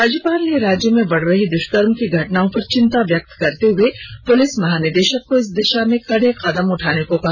राज्यपाल ने राज्य में बढ़ रही दृष्कर्म की घटनाओं पर चिंता जताते हुए पुलिस महानिदेशक को इस दिशा में कड़े कदम उठाने को कहा